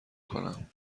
کنم